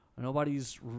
Nobody's